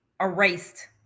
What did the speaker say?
erased